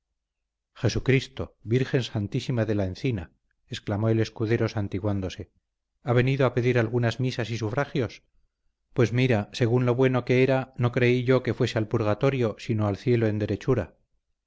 jesucristo virgen santísima de la encina exclamó el escudero santiguándose ha venido a pedir algunas misas y sufragios pues mira según lo bueno que era no creí yo que fuese al purgatorio sino al cielo en derechura